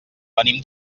venim